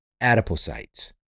adipocytes